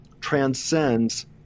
transcends